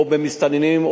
במסתננים,